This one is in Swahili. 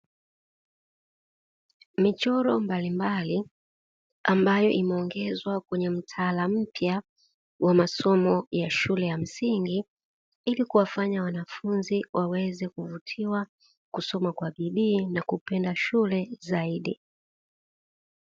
Michoro mbalimbali ambayo imeongezwa kwenye mtaala mpya wa masomo ya shule ya msingi ili kuwafanya wanafunzi waweze kuvutiwa kusoma kwa bidii na kupenda shule zaidi.